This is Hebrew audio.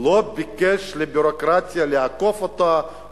הוא לא ביקש מהביורוקרטיה רשות לעקוף אותה,